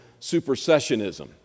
supersessionism